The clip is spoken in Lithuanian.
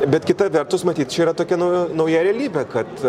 bet kita vertus matyt čia yra tokia nu nauja realybė kad